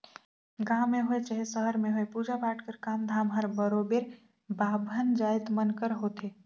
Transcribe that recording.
गाँव में होए चहे सहर में होए पूजा पाठ कर काम धाम हर बरोबेर बाभन जाएत मन कर होथे